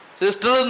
sister